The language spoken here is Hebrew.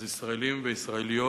אז ישראלים וישראליות,